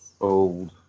Old